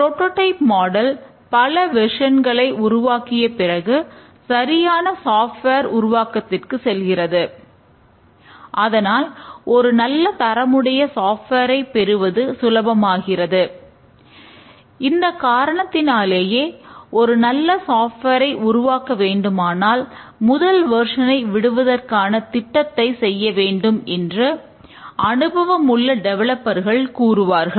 prototype model பல வெர்சன்களை கூறுவார்கள்